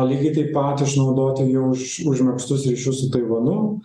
lygiai taip pat išnaudoti jau užmegztus ryšius su taivanu